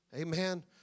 Amen